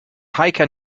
hiker